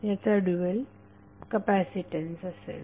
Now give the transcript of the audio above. याचा dual capacitance असेल